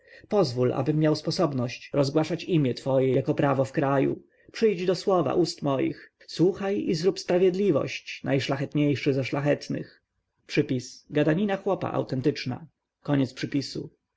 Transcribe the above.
pozwól abym miał sposobność rozgłaszać imię twoje jako prawo w kraju przyjdź do słowa ust moich słuchaj i zrób sprawiedliwość najszlachetniejszy ze szlachetnych on chce ażeby nie